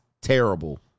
terrible